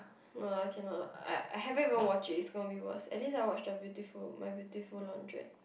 no lah cannot lah I I haven't even watch it's gonna be worse at least I watch the beautiful My-Beautiful-Laundrette